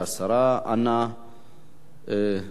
נא להצביע.